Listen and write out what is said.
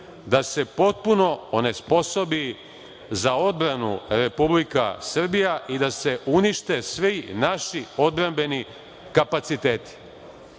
da se potpuno onesposobi za odbranu Republika Srbija i da se unište svi naši odbrambeni kapaciteti.